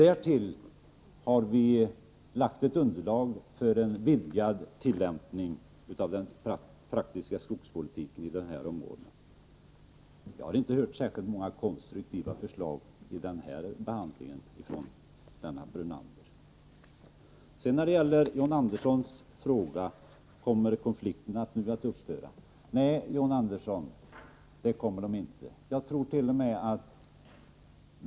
Därtill har vi föreslagit ett underlag för en vidgad tillämpning när det gäller den praktiska skogspolitiken i de här områdena. Jag har inte hört särskilt många konstruktiva förslag härvidlag från Lennart Brunander. Sedan till John Anderssons fråga: Kommer konflikterna nu att upphöra? Nej, John Andersson, det kommer de inte att göra.